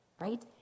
right